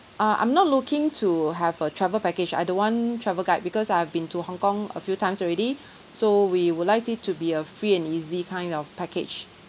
uh I'm not looking to have a travel package I don't want travel guide because I've been to hong kong a few times already so we would liked it to be a free and easy kind of package